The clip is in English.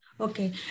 Okay